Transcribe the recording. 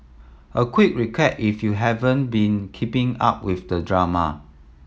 a quick recap if you haven't been keeping up with the drama